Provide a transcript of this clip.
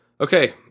Okay